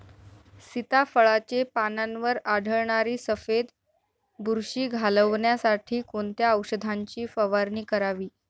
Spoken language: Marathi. सीताफळाचे पानांवर आढळणारी सफेद बुरशी घालवण्यासाठी कोणत्या औषधांची फवारणी करावी?